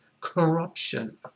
corruption